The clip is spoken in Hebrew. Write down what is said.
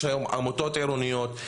יש היום עמותות עירוניות,